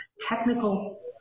Technical